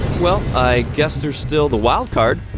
well, i guess there's still the wild card